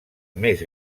més